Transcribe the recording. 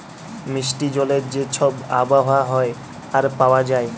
মিষ্টি জলের যে ছব আবহাওয়া হ্যয় আর পাউয়া যায়